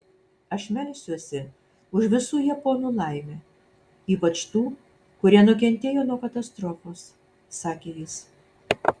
aš melsiuosi už visų japonų laimę ypač tų kurie nukentėjo nuo katastrofos sakė jis